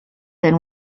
then